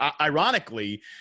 Ironically